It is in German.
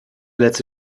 letzte